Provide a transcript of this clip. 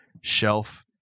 shelf